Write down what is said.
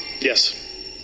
yes